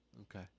okay